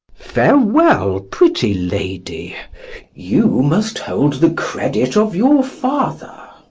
farewell, pretty lady you must hold the credit of your father.